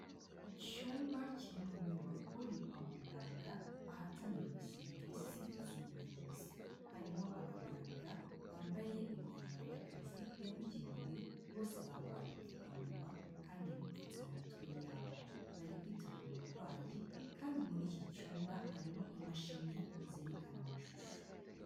Icyumba kiri mu nyubako yo kwa muganga, ahatangirwa serivisi z'ubuvuzi, harimo abaganga bambaye imyambaro y'akazi yabugenewe, bose bambaye udupfukamunwa kandi bipfutse mu mitwe yabo, bari kwita ku murwayi kandi muri iki cyumba harimo imashini zerekana amashusho.